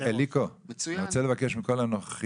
והם נותנים